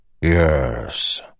Yes